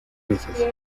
veces